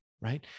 right